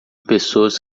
pessoas